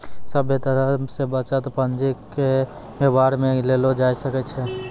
सभे तरह से बचत पंजीके वेवहार मे लेलो जाय सकै छै